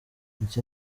iki